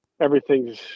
everything's